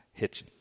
Hitchens